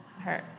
hurt